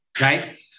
Right